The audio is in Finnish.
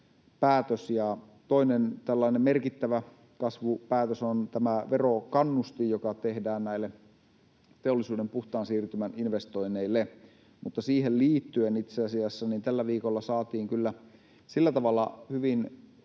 tällainen merkittävä kasvupäätös on tämä verokannustin, joka tehdään näille teollisuuden puhtaan siirtymän investoinneille. Siihen liittyen itse asiassa tällä viikolla saatiin kyllä sillä tavalla hyvin